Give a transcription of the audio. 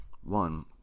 one